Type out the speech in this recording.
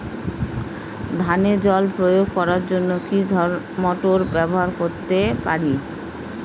ধানে জল প্রয়োগ করার জন্য কি মোটর ব্যবহার করতে পারি?